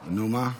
נו, מה?